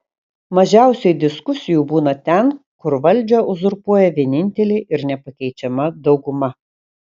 mažiausiai diskusijų būna ten kur valdžią uzurpuoja vienintelė ir nepakeičiama dauguma